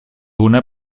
una